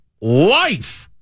life